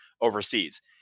overseas